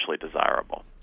desirable